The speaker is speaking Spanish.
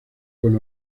con